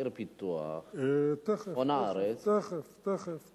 עיר פיתוח בצפון הארץ, תיכף, תיכף, תיכף.